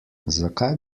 zakaj